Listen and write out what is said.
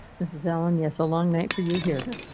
this is ellen, yes, a long night for you here.